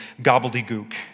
gobbledygook